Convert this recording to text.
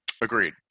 Agreed